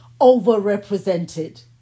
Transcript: overrepresented